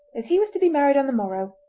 as he was to be married on the morrow,